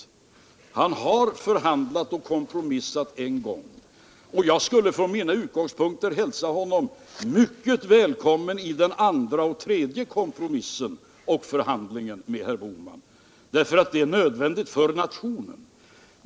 Fälldin har förhandlat och kompromissat en gång, och jag skulle från mina utgångspunkter hälsa honom mycket välkommen i den andra och tredje kompromissen och förhandlingen med herr Bohman, därför att det är nödvändigt för nationen.